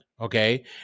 okay